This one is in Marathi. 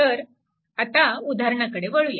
तर आता उदाहरणाकडे वळूया